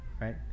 Right